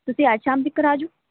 ਤੁਸੀਂ ਅੱਜ ਸ਼ਾਮ ਤੱਕ ਆ ਜਾਓ